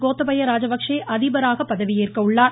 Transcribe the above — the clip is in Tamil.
கோத்தபய ராஜபக்ஷே அதிபராக பதவியேற்க உள்ளார்